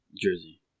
Jersey